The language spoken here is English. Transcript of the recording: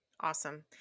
Awesome